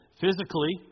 physically